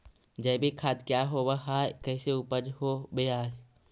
जैविक खाद क्या होब हाय कैसे उपज हो ब्हाय?